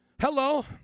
Hello